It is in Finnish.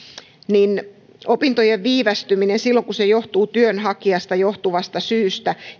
niin opintojen viivästyminen ei vaikuttaisi tähän tulkintaan silloin kun se johtuu työnhakijasta johtuvasta syystä